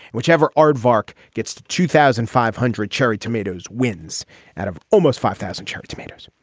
whichever aardvark gets to two thousand five hundred cherry tomatoes wins out of almost five thousand cherry tomatoes.